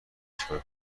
چیکار